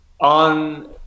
On